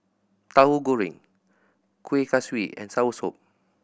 Tahu Goreng Kueh Kaswi and soursop